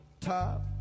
top